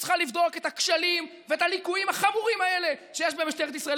היא צריכה לבדוק את הכשלים ואת הליקויים החמורים האלה שיש במשטרת ישראל.